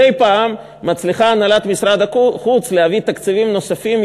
מדי פעם מצליחה הנהלת משרד החוץ להביא תקציבים נוספים,